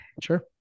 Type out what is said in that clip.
Sure